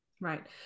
Right